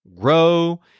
grow